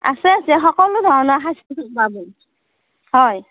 আছে আছে সকলো ধৰণৰ সাজ পাব হয়